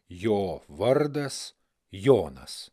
jo vardas jonas